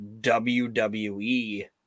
WWE